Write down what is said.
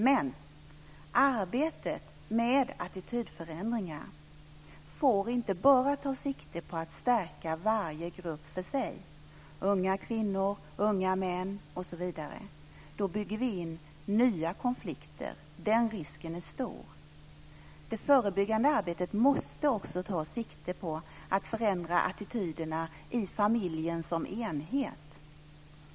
Men arbetet med attitydförändringar får inte bara ta sikte på att stärka varje grupp för sig, unga kvinnor, unga män osv. Då bygger vi in nya konflikter. Den risken är stor. Det förebyggande arbetet måste också ta sikte på att förändra attityderna i familjen som enhet.